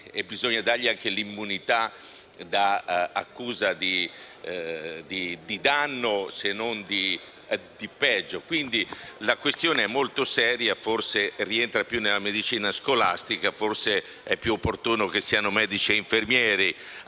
che bisogna dargli anche l'immunità contro l'accusa di danno, se non di peggio. La questione è molto seria, forse rientra piuttosto nella medicina scolastica. Forse è più opportuno che siano medici e infermieri